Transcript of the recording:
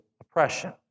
oppression